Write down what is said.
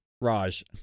Raj